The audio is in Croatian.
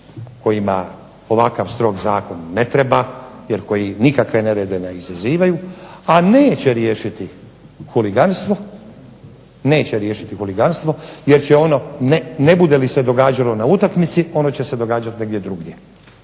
kojima ovakav strog zakon ne treba, jer koji nikakve nerede ne izazivaju, a neće riješiti huliganstvo, jer će ono, ne bude li se događalo na utakmici, ono će se događati negdje drugdje,